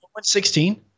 16